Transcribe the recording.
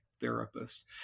therapist